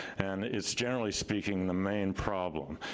and it's generally speaking the main problem.